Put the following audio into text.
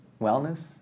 wellness